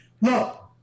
Look